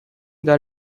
that